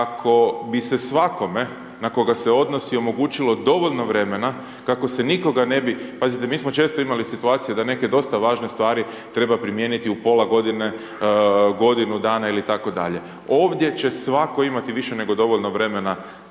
kako bi se svakome na koga se odnosi omogućilo dovoljno vremena kako se nikoga ne bi. Pazite mi smo često imali situacije da neke dosta važne stvari treba primijeniti u pola godine, godinu dana ili tako dalje. Ovdje će svatko imati više nego dovoljno vremena